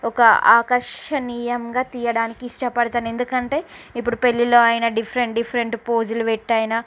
ఒక ఆకర్షణీయంగా తీయడానికి ఇష్టపడుతాను ఎందుకంటే ఇప్పుడు పెళ్ళిలో అయినా డిఫెరెంట్ డిఫెరెంట్ ఫోజులు పెట్టి అయినా